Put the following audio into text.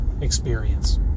experience